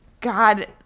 god